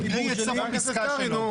תקראי את סוף הפסקה שלו.